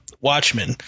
Watchmen